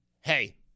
hey